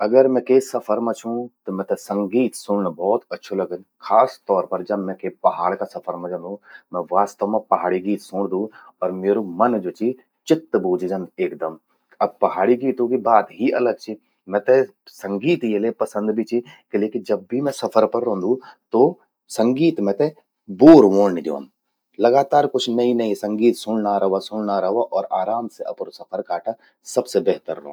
अगर मैं के सफर मां छूं, त मेते संगीत सुण्ण भौत अच्छू लगद। खस तौर पर जब मैं के पहाड़ का सफर मां जंदू, मैं वास्तव मां पहाड़ी गीत सूणदू, अर म्येरि मन ज्वो चि, चित्त बूझि जंद एकदम। अब पहाड़ी गीतों कि बात ही अलग चि। मैते संगीत येले पसंद भी चि, किलेकि जब भई मैं सफर पर रौंदू, तो संगीत मैते बोर व्होण नी द्योंद। लगातार कुछ नई नई संगीत सुण्णा रवा, सुण्णा रवा और आराम से अपरु सफर काटा, सबसे बेहतर व्हंद।